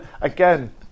Again